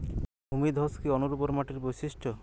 ভূমিধস কি অনুর্বর মাটির বৈশিষ্ট্য?